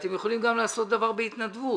ואתם יכולים לעשות גם דבר בהתנדבות,